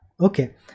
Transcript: Okay